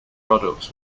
products